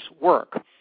work